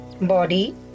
body